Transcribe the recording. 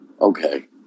Okay